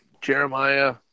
Jeremiah